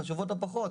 חשובות לא פחות,